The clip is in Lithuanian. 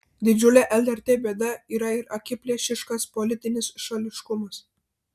didžiulė lrt bėda yra ir akiplėšiškas politinis šališkumas